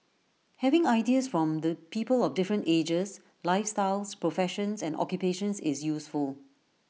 having ideas from the people of different ages lifestyles professions and occupations is useful